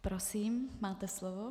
Prosím, máte slovo.